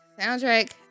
soundtrack